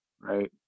Right